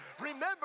Remember